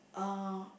uh